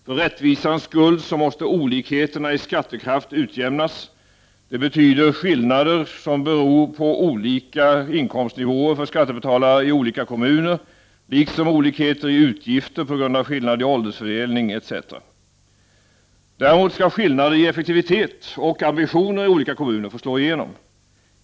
För rättvisans skull måste olikheterna i skattekraft utjämnas. Det betyder skillnader som beror på olika inkomstnivåer hos skattebetalarna i olika kommuner, liksom olikheter i utgifter på grund av skillnader i åldersfördelning etc. Däremot skall skillnader i effektivitet och ambitioner i olika kommuner få slå igenom.